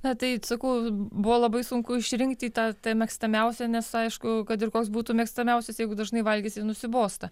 na tai sakau buvo labai sunku išrinkti tą mėgstamiausią nes aišku kad ir koks būtų mėgstamiausias jeigu dažnai valgysi nusibosta